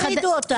לא הפרידו אותם.